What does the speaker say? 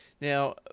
Now